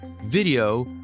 video